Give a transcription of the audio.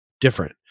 different